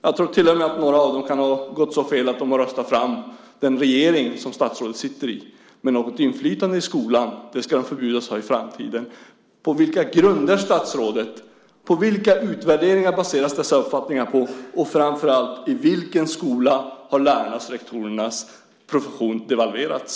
Jag tror till och med att några av dem kan ha gått så fel att de har röstat fram den regering som statsrådet sitter i, men något inflytande i skolan ska de förbjudas att ha i framtiden. På vilka utvärderingar, statsrådet, baseras dessa uppfattningar? Och, framför allt, i vilken skola har lärarnas och rektorernas profession devalverats?